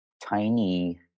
tiny